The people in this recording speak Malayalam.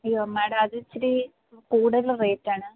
അയ്യോ മാഡം അത് ഇച്ചിരി കൂടുതൽ റേറ്റ് ആണ്